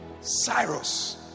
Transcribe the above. Cyrus